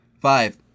five